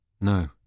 No